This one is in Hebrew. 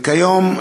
וכיום,